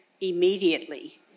immediately